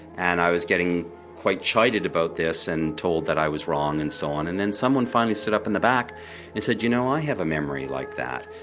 and i was getting quite chided about this and told that i was wrong and so on and then someone finally stood up in the back and said, you know, i have a memory like that,